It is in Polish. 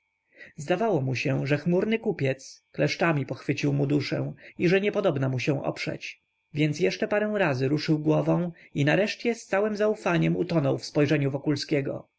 zdawało mu się że chmurny kupiec kleszczami pochwycił mu duszę i że niepodobna mu się oprzeć więc jeszcze parę razy ruszył głową i nareszcie z całem zaufaniem utonął w spojrzeniu wokulskiego